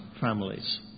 families